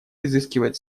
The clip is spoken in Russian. изыскивать